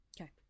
Okay